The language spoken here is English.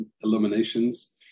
Illuminations